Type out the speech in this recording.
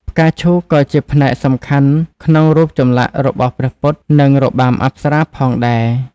ផ្កាឈូកក៏ជាផ្នែកសំខាន់ក្នុងរូបចម្លាក់របស់ព្រះពុទ្ធ និងរបាំអប្សរាផងដែរ។